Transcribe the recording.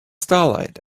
starlight